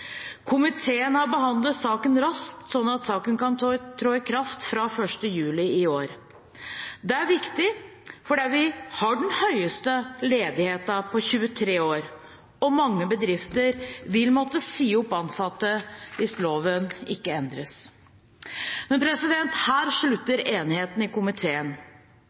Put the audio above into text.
Komiteen har behandlet saken raskt, sånn at bestemmelsen kan trå i kraft fra 1. juli i år. Det er viktig fordi vi har den høyeste ledigheten på 23 år, og mange bedrifter vil måtte si opp ansatte hvis loven ikke endres. Men her slutter enigheten i komiteen.